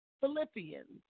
Philippians